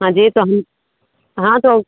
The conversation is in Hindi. हाँ जी तो हम हाँ तो